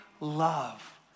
love